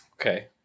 Okay